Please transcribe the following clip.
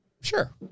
sure